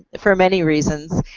for many reasons.